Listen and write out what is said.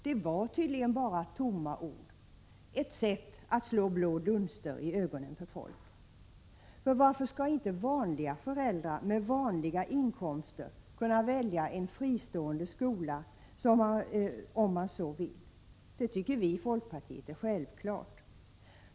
Det var tydligen bara tomma ord, ett sätt att slå blå dunster i ögonen på folk. För varför skall inte vanliga föräldrar med vanliga inkomster kunna välja en fristående skola, om man så vill? Det tycker vi i folkpartiet är självklart.